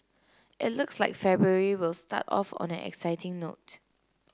it looks like February will start off on an exciting note